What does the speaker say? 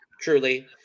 Truly